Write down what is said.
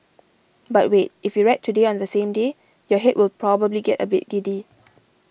but wait if you read Today on the same day your head will probably get a bit giddy